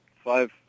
five